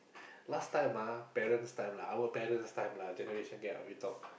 last time ah parents' time lah our parents' time lah generation gap ah we talk